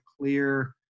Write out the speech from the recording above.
clear